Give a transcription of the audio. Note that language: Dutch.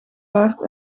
baard